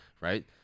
right